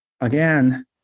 Again